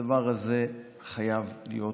הדבר הזה חייב להיות